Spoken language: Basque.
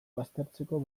baztertzeko